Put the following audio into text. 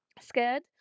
scared